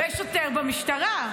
ויש שוטר במשטרה.